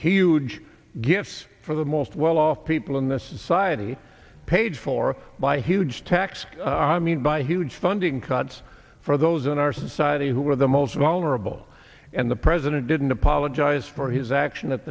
huge gifts for the most well off people in this society paid for by huge tax i mean by huge funding cuts for those in our society who are the most vulnerable and the president didn't apologize for his actions at